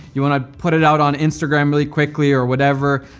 you wanna put it out on instagram really quickly or whatever,